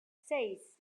seis